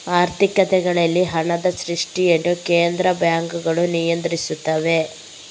ಆರ್ಥಿಕತೆಗಳಲ್ಲಿ ಹಣದ ಸೃಷ್ಟಿಯನ್ನು ಕೇಂದ್ರ ಬ್ಯಾಂಕುಗಳು ನಿಯಂತ್ರಿಸುತ್ತವೆ